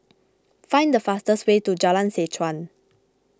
find the fastest way to Jalan Seh Chuan